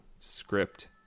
script